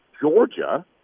Georgia